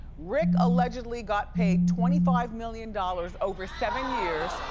rick allegedly got paid twenty five million dollars over seven years